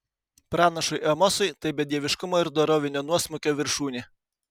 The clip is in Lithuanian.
pranašui amosui tai bedieviškumo ir dorovinio nuosmukio viršūnė